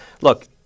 Look